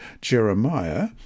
Jeremiah